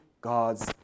God's